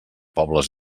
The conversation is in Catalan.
pobles